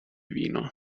vino